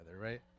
right